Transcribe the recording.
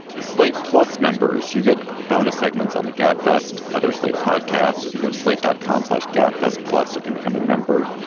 slate plus members, you get bonus segments on the gabfest, other slate podcasts. if you go to slate dot com slash gab fest, plus you can become a member.